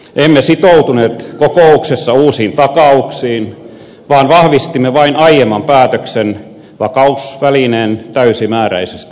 emme sitoutuneet kokouksessa uusiin takauksiin vaan vahvistimme vain aiemman päätöksen vakausvälineen täysimääräisestä käytöstä